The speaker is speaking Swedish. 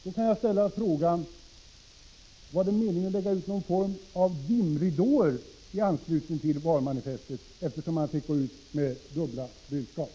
Då vill jag ställa frågan: Var det meningen att lägga ut någon form av dimridåer i anslutning till valmanifestet, eftersom man gick ut med dubbla budskap?